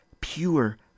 pure